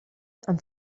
amb